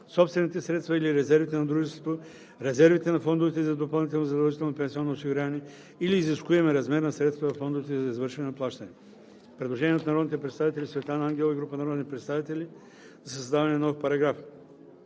собствените средства или резервите на дружеството, резервите на фондовете за допълнително задължително пенсионно осигуряване или изискуемия размер на средствата във фондовете за извършване на плащания.“ Предложение от народния представител Светлана Ангелова и група народни представители за създаване на нов параграф.